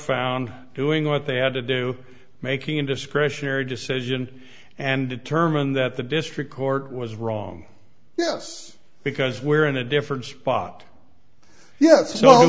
found doing what they had to do making a discretionary decision and determined that the district court was wrong yes because we're in a different spot yes